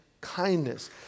kindness